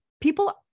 People